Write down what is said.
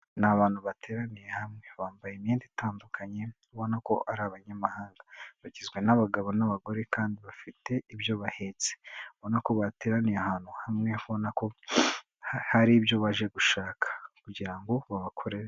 Ni abantu bateraniye hamwe, bambaye imyenda itandukanye, ubona ko ari abanyamahanga, bagizwe n'abagabo n'abagore kandi bafite ibyo bahetse, ubona ko bateraniye ahantu hamwe, ubona ko hari ibyo baje gushaka kugira ngo babakorere.